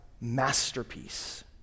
masterpiece